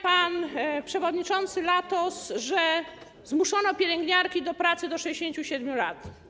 Pan przewodniczący Latos mówi, że zmuszano pielęgniarki do pracy do 67 lat.